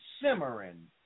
simmering